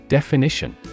Definition